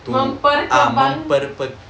memperkembang